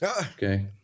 okay